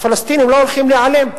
הפלסטינים לא הולכים להיעלם.